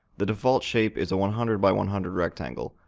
the default shape is a one hundred by one hundred rectangle,